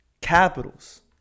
Capitals